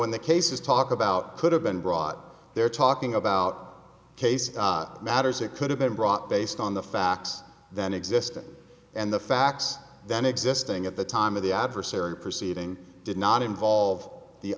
when the cases talk about could have been brought there talking about case matters it could have been brought based on the facts that existed and the facts then existing at the time of the adversary proceeding did not involve the